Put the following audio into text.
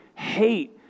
Hate